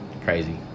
Crazy